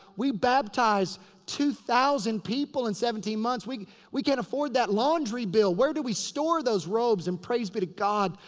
we baptized two thousand people in seventeen months. we we can't afford that laundry bill. where do we store those robes? and praise be to god,